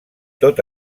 tot